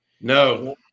No